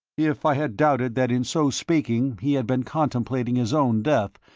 if i had doubted that in so speaking he had been contemplating his own death,